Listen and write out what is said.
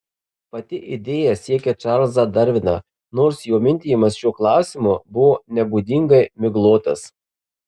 pati idėja siekia čarlzą darviną nors jo mintijimas šiuo klausimu buvo nebūdingai miglotas